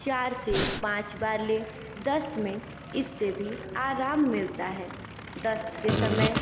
चार से पाँच बार लें दस्त में इससे भी आराम मिलता है दस्त के समय